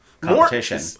competition